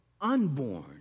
unborn